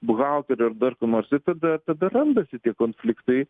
buhalterio ar dar ko nors ir tada tada randasi tie konfliktai